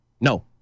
no